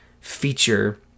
feature